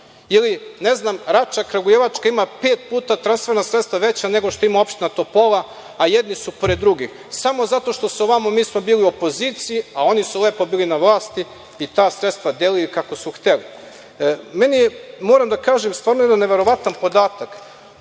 ili, ne znam, Rača Kragujevačka ima pet puta transferna sredstva veća nego što ima opština Topola, a jedni su pored drugih. Samo zato što ovamo mi smo bili u opoziciji, a oni su lepo bili na vlasti i ta sredstva delili kako su hteli. Moram da kažem jedan neverovatan podatak,